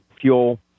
fuel